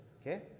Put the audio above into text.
okay